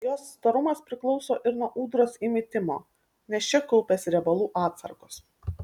jos storumas priklauso ir nuo ūdros įmitimo nes čia kaupiasi riebalų atsargos